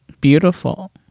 beautiful